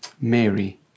Mary